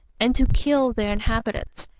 and to kill their inhabitants,